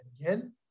again